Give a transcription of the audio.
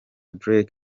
derek